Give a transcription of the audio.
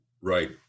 Right